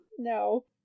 No